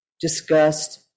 disgust